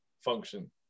function